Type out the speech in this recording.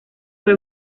fue